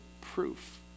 proof